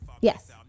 Yes